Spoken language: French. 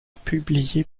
publié